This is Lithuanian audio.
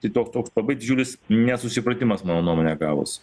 tai toks toks labai didžiulis nesusipratimas mano nuomone gavosi